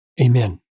Amen